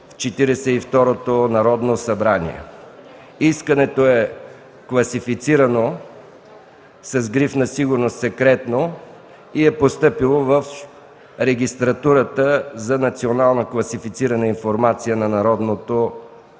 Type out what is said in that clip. Искането е класифицирано с гриф на сигурност „секретно” и е постъпило в Регистратурата за национална класифицирана информация на Народното събрание